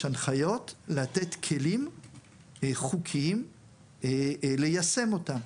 הנחיות לתת כלים חוקיים ליישם אותן.